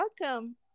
welcome